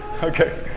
Okay